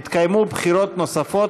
יתקיימו בחירות נוספות,